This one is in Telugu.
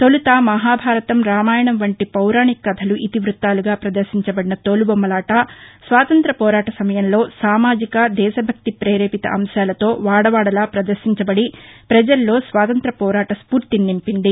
తౌలుత మహాభారతం రామాయణం పంటి పౌరాణిక కథలు ఇతివృత్తాలుగా పదర్శించబడిన తోలుబొమ్మలాట స్వాతంత్ర్య పోరాట సమయంలో సామాజిక దేశభక్తి పేరేపిత అంశాలతో వాడవాడలా పదర్శించబడి ప్రజలలో స్వాతంత్ర్య పోరాట స్పూర్తిని నింపింది